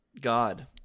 God